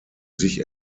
sich